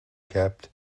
kept